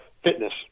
fitness